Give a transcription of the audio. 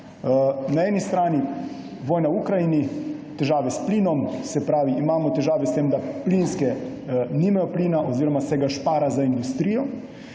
Na eni strani vojna v Ukrajini, težave s plinom, se pravi, imamo težave s tem, da plinske nimajo plina oziroma se špara za industrijo.